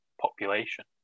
population